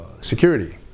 security